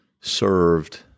served